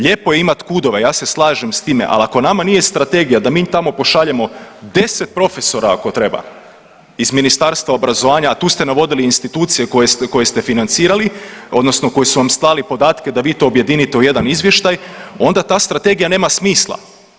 Lijepo je imati KUD-ove ja se slažem s time, ali ako nama nije strategija da mi tamo pošaljemo 10 profesora ako treba iz Ministarstva obrazovanja, a tu ste navodili institucije koje ste financirali odnosno koje su vam slali podatke da vi to objedinite u jedan izvještaj onda ta strategija nema smisla.